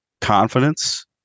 confidence